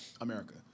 America